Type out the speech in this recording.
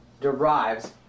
derives